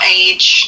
age